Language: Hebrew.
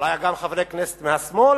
אולי גם חברי כנסת מהשמאל.